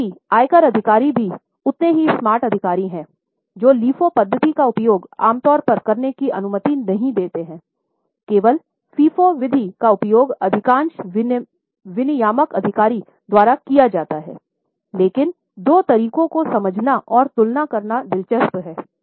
हालाँकि आयकर अधिकारी भी उतने ही स्मार्ट अधिकारी हैं जो LIFO पद्धति का उपयोग आमतौर पर करने की अनुमति नहीं देते हैं केवल FIFO विधि का उपयोग अधिकांश विनियामक अधिकारी द्वारा किया जाता है लेकिन दो तरीकों को समझना और तुलना करना दिलचस्प है